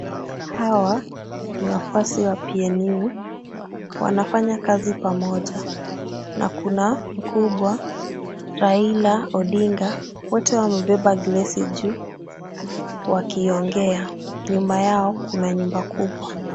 Hawa ni wafuasi wa PNU. Wanafanya kazi pamoja na kuna mkubwa Raila Odinga. Wote wamebeba glesi juu wakiongea. Nyuma yao kuna nyumba kubwa.